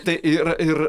tai ir ir